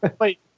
Wait